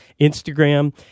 Instagram